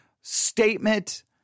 statement